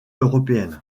européenne